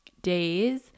days